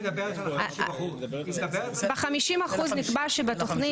מדובר פה על משהו